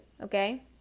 Okay